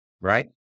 right